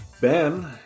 Ben